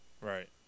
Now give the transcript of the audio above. Right